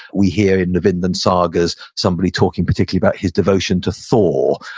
we hear in the vinland sagas somebody talking particularly about his devotion to thor.